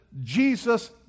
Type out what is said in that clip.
jesus